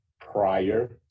prior